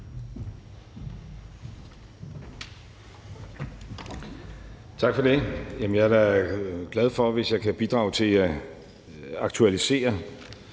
Tak for det. Jamen jeg er da glad, hvis jeg kan bidrage til at aktualisere